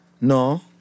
no